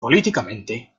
políticamente